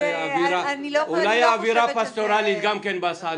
אולי נוסיף גם אווירה פסטורלית בהסעה?